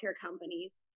companies